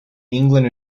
england